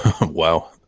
Wow